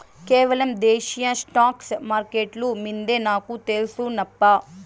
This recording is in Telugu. కేవలం దేశీయ స్టాక్స్ మార్కెట్లు మిందే నాకు తెల్సు నప్పా